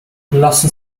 lassen